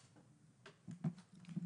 טוב.